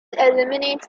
eliminates